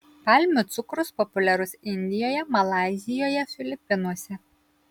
palmių cukrus populiarus indijoje malaizijoje filipinuose